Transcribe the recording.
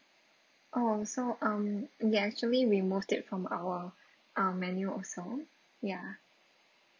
oh so um we actually removed it from our um menu also ya